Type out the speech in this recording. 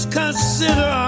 consider